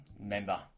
member